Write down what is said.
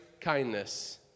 kindness